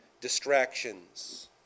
distractions